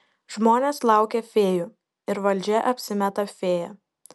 žmonės laukia fėjų ir valdžia apsimeta fėja